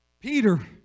Peter